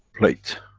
plate.